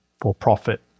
for-profit